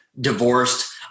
divorced